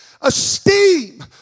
Esteem